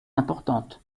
importante